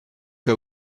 cas